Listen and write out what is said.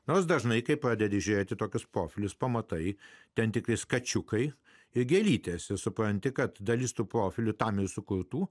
nors dažnai kai pradedi žiūrėti tokius profilius pamatai ten tiktais kačiukai į gėlytes ir supranti kad dalis tų profilių tam ir sukurtų